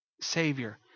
Savior